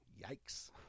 yikes